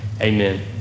Amen